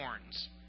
horns